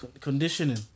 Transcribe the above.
Conditioning